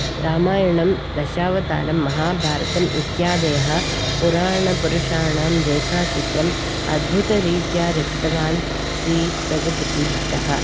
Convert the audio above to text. रामायणं दशावतारं महाभारतम् इत्यादयः पुराणपुरुषाणां रेखाचित्रम् अद्भुतरीत्या रचितवान् श्रीरघुपतिभट्टः